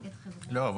לא,